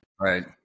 right